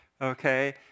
Okay